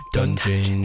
Dungeon